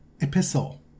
epistle